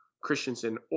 Christensen